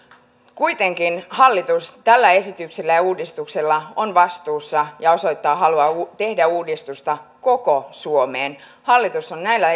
kuitenkin hallitus tällä esityksellä ja uudistuksella on vastuussa ja osoittaa halua tehdä uudistusta koko suomeen hallitus on näillä